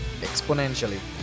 exponentially